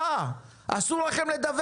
הורדתי את המסכה ואני רוצה להגיד